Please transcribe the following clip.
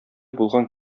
булган